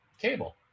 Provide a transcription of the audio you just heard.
cable